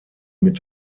mit